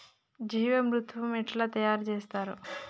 జీవామృతం ఎట్లా తయారు చేత్తరు?